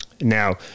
Now